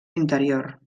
l’interior